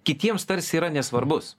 kitiems tarsi yra nesvarbus